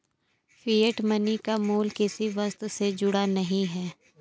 fiat money का मूल्य किसी वस्तु से जुड़ा नहीं है